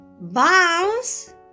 Bounce